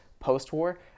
post-war